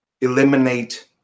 eliminate